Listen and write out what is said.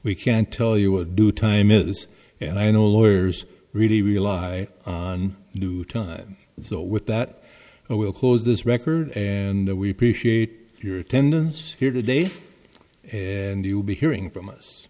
we can tell you would do time is and i know lawyers really rely on new time so with that i will close this record and we appreciate your attendance here today and you will be hearing from us